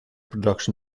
production